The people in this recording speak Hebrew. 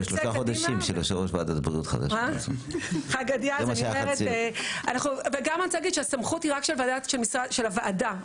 אני רוצה להגיד שהסמכות היא רק של הוועדה,